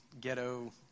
ghetto